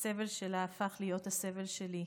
הסבל שלה הפך להיות הסבל שלי,